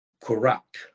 corrupt